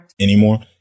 anymore